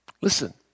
Listen